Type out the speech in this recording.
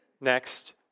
next